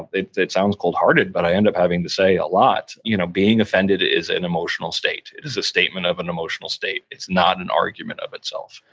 it it sounds cold-hearted, but i end up having to say a lot, you know being offended is an emotional state. it is a statement of an emotional state. it's not an argument of itself.